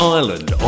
Ireland